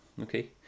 okay